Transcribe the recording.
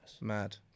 Mad